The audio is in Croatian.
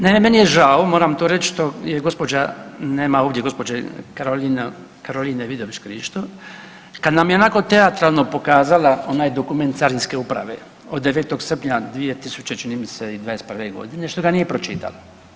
Naime, meni je žao moram to reć što je gospođa, nema ovdje gospođe Karoline Vidović Krišto, kad nam je onako teatralno pokazala onaj dokument Carinske uprave od 9. srpnja čini mi se i '21.g. što ga nije pročitala.